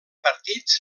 partits